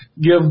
give